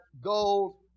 gold